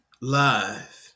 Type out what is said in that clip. live